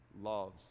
loves